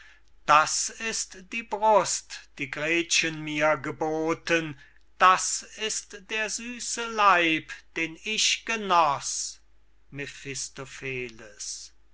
das ist die brust die gretchen mir geboten das ist der süße leib den ich genoß